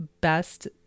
best